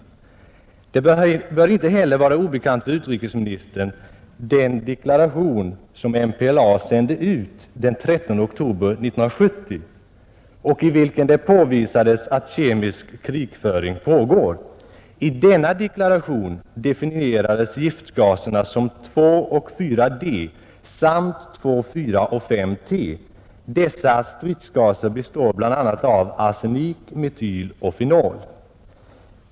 Vidare bör inte heller den deklaration vara obekant för utrikesministern, som MPLA sände ut den 13 oktober 1970 och i vilken det påvisades att kemisk krigföring pågår. I denna deklaration definierades giftgaserna som typerna 2 och 4 D samt 2, 4 och 5 T. Dessa gaser består bl.a. av arsenik, metyl och fenol.